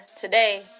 today